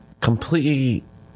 completely